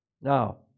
Now